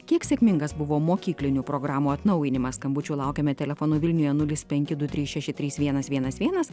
kiek sėkmingas buvo mokyklinių programų atnaujinimas skambučių laukiame telefonu vilniuje nulis penki du trys šeši trys vienas vienas vienas